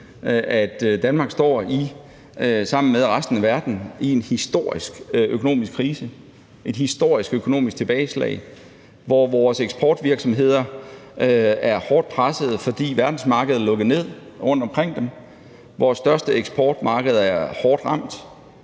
at Danmark sammen med resten af verden står i en historisk økonomisk krise, et historisk økonomisk tilbageslag, hvor vores eksportvirksomheder er hårdt presset, fordi verdensmarkedet er lukket ned rundt omkring dem, hvor vores største eksportmarkeder er hårdt ramt,